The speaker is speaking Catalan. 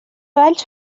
valls